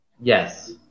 Yes